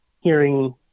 hearing